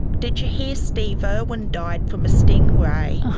did you hear steve irwin died from a stingray?